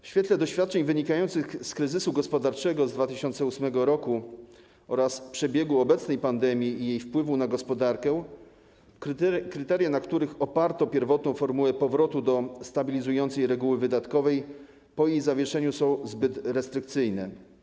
W świetle doświadczeń wynikających z kryzysu gospodarczego z 2008 r. oraz przebiegu obecnej pandemii i jej wpływu na gospodarkę kryteria, na których oparto pierwotną formułę powrotu do stabilizującej reguły wydatkowej po jej zawieszeniu, są zbyt restrykcyjne.